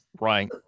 Right